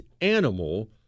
animal